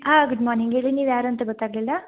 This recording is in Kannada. ಆಂ ಗುಡ್ ಮಾರ್ನಿಂಗ್ ಹೇಳಿ ನೀವು ಯಾರಂತ ಗೊತ್ತಾಗಲಿಲ್ಲ